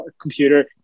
computer